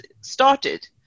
started